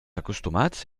acostumats